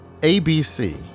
ABC